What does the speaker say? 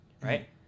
right